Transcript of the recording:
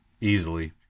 easily